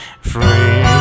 Free